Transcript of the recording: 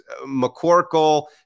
McCorkle